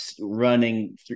running